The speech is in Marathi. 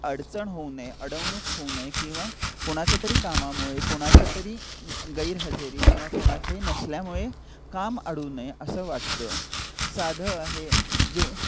अडचण होऊ नये अडवणूक होऊ नये किंवा कोणाच्या तरी कामामुळे कोणाच्या तरी गैरहजेरीत किंवा कोणाच्याही नसल्यामुळे काम आडू नये असं वाटतं साधं आहे जे